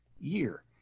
year